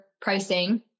pricing